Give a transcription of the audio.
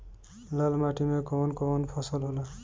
लाल माटी मे कवन कवन फसल होला?